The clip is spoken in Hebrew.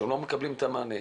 שלא מקבלים מענה.